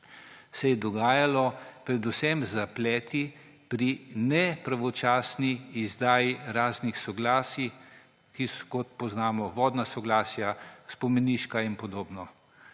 so se dogajali predvsem zapleti pri nepravočasni izdaji raznih soglasij, kot poznamo – vodna soglasja, spomeniška in podobno.